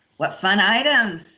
what fun items!